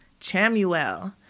Chamuel